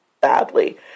badly